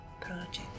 project